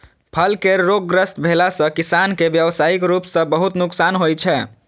फल केर रोगग्रस्त भेला सं किसान कें व्यावसायिक रूप सं बहुत नुकसान होइ छै